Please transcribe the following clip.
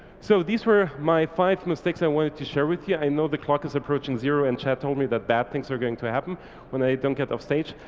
so these were my five mistakes i wanted to share with you. yeah i know the clock is approaching zero, and chad told me that bad things are going to happen when i don't get off stage.